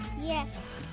Yes